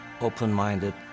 open-minded